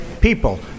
people